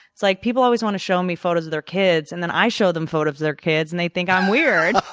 it's like people always want to show me photos photos of their kids. and then i show them photos of their kids and they think i'm weird.